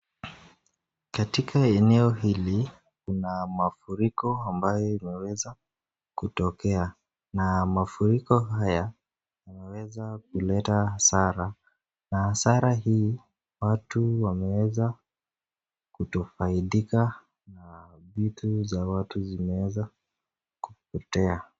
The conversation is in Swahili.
Katika eneo hili kuna mafuriko ambayo imeweza kutokea na mafuriko haya yameweza kuleta hasara na hasara hii watu wameweza kutofaidika, vitu za watu zimeweza kupotea.